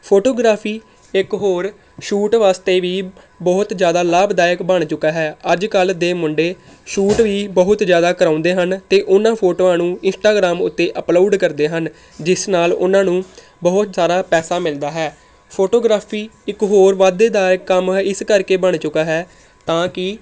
photography ਇੱਕ ਹੋਰ shoot ਵਾਸਤੇ ਵੀ ਬਹੁਤ ਜ਼ਿਆਦਾ ਲਾਭਦਾਇਕ ਬਣ ਚੁੱਕਾ ਹੈ ਅੱਜ ਕੱਲ੍ਹ ਦੇ ਮੁੰਡੇ ਸ਼ੂਟ ਵੀ ਬਹੁਤ ਜ਼ਿਆਦਾ ਕਰਵਾਉਂਦੇ ਹਨ ਅਤੇ ਉਹਨਾਂ ਫੋਟੋਆਂ ਨੂੰ ਇੰਸਟਾਗ੍ਰਾਮ ਉੱਤੇ ਅਪਲੋਡ ਕਰਦੇ ਹਨ ਜਿਸ ਨਾਲ ਉਹਨਾਂ ਨੂੰ ਬਹੁਤ ਸਾਰਾ ਪੈਸਾ ਮਿਲਦਾ ਹੈ ਫੋਟੋਗ੍ਰਾਫ਼ੀ ਇੱਕ ਹੋਰ ਵਾਧੇ ਦਾ ਕੰਮ ਇਸ ਕਰਕੇ ਬਣ ਚੁੱਕਾ ਹੈ ਤਾਂ ਕਿ